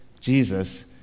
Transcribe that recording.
Jesus